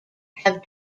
have